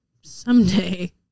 Someday